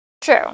True